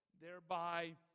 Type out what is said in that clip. thereby